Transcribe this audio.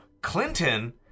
Clinton